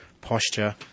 posture